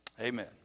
Amen